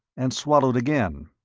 and swallowed again.